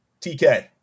TK